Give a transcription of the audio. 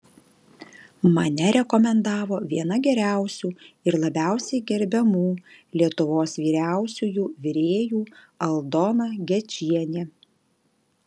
mane rekomendavo viena geriausių ir labiausiai gerbiamų lietuvos vyriausiųjų virėjų aldona gečienė